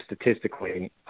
statistically